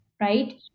right